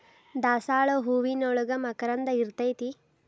ದಾಸಾಳ ಹೂವಿನೋಳಗ ಮಕರಂದ ಇರ್ತೈತಿ